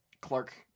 Clark